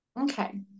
Okay